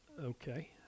okay